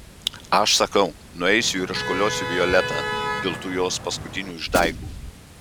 aš sakau nueisiu ir iškoliosiu violetą dėl tų jos paskutinių išdaigų